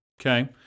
Okay